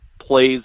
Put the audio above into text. plays